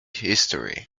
history